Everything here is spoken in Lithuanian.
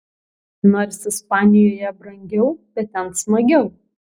nors ispanijoje brangiau bet ten smagiau